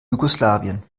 jugoslawien